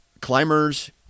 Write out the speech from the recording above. climbers